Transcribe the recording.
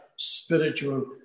spiritual